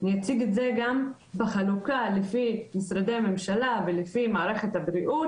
אני אציג את זה גם בחלוקה לפי משרדי ממשלה ולפי מערכת הבריאות,